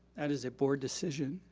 and is a board decision.